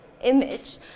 image